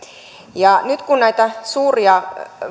ja nyt kun näitä suuria